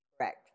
Correct